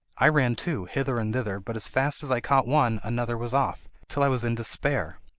i ran too, hither and thither, but as fast as i caught one, another was off, till i was in despair.